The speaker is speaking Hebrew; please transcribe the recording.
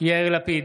יאיר לפיד,